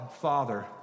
Father